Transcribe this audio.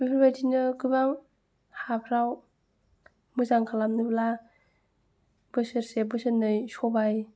बेफोरबायदिनो गोबां हाफ्राव मोजां खालामनोब्ला बोसोरसे बोसोरनै सबाय